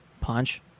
Punch